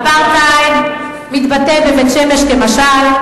האפרטהייד מתבטא בבית-שמש כמשל,